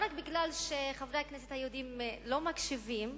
לא רק בגלל שחברי הכנסת היהודים לא מקשיבים